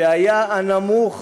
שהיה הנמוך